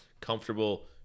comfortable